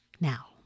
Now